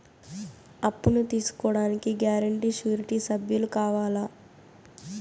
అప్పును తీసుకోడానికి guarantee, surety సభ్యులు కావాలా?